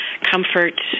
comfort